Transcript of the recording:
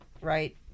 right